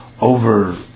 over